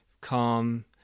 calm